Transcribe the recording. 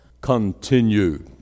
continue